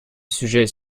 sujet